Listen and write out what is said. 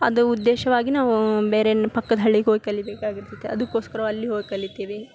ಅದು ಉದ್ದೇಶವಾಗಿ ನಾವು ಬೇರೆ ಪಕ್ಕದ ಹಳ್ಳಿಗೆ ಹೋಗಿ ಕಲಿಬೇಕಾಗಿರ್ತೈತೆ ಅದಕ್ಕೋಸ್ಕರ ವಲ್ ಹೋಗಿ ಕಲಿತೀವಿ